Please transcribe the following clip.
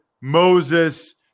Moses